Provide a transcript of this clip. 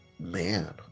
Man